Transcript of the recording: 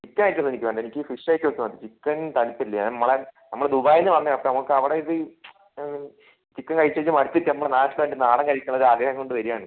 chicken item ഒന്നും എനിക്ക് വേണ്ട എനിക്ക് ഫിഷ് ഐറ്റംസ് മതി ചിക്കൻ താല്പര്യമില്ല നമ്മള് ദുബായിൽ നിന്ന് വന്ന നമുക്ക് അവിടെ ഇത് ചിക്കൻ കഴിച്ച് കഴിച്ച് മടുത്തിട്ട് നമ്മുടെ നാട്ടില് വന്നിട്ട് നാടൻ കഴിക്കാനുള്ള ആഗ്രഹം കൊണ്ട് വരുവാണ്